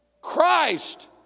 Christ